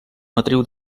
matriu